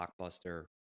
blockbuster